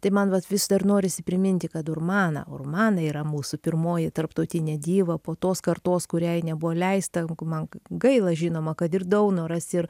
tai man vat vis dar norisi priminti kad urmana urmana yra mūsų pirmoji tarptautinė dyva po tos kartos kuriai nebuvo leista man gaila žinoma kad ir daunoras ir